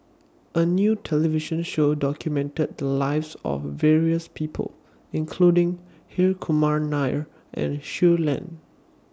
A New television Show documented The Lives of various People including Hri Kumar Nair and Shui Lan